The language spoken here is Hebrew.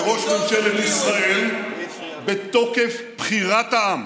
אני עומד פה כראש ממשלת ישראל בתוקף בחירת העם,